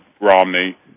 Romney